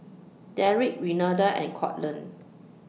Deric Renada and Courtland